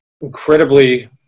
incredibly